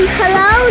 hello